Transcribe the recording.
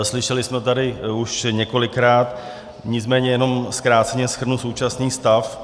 Slyšeli jsme ji tady už několikrát, nicméně jenom zkráceně shrnu současný stav.